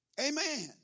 Amen